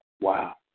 Wow